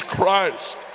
Christ